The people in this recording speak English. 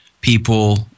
people